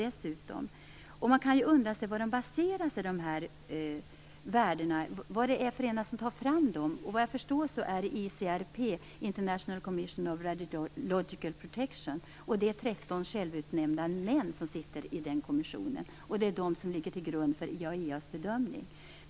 Man kan undra vad de baserar sig på och vad det är för ena som tar fram dem. Vad jag förstår är det ICRP, International Commission on Radiological Protection, och det är en kommission som består av 13 självutnämnda män. Det är vad de säger som ligger till grund för IAEA:s bedömning.